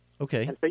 Okay